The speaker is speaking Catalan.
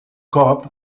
cop